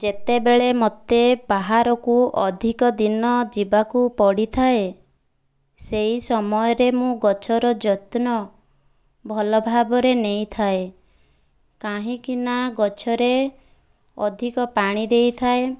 ଯେତେବେଳେ ମୋତେ ବାହାରକୁ ଅଧିକ ଦିନ ଯିବାକୁ ପଡ଼ିଥାଏ ସେହି ସମୟରେ ମୁଁ ଗଛର ଯତ୍ନ ଭଲ ଭାବରେ ନେଇଥାଏ କାହିଁକିନା ଗଛରେ ଅଧିକ ପାଣି ଦେଇଥାଏ